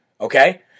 Okay